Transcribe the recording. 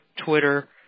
Twitter